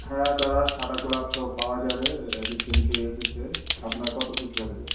হ্যাঁ দাদা সাদা গোলাপ তো পাওয়া যাবে রিসেন্টলি এসেছে আপনার কতো পিস লাগবে